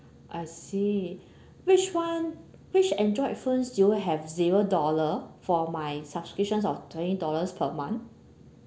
I see which [one] which android phones do you have zero dollar for my subscriptions of twenty dollars per month